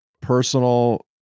personal